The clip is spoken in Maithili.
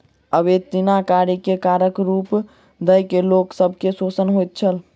अवेत्निया कार्य के करक रूप दय के लोक सब के शोषण होइत छल